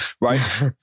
right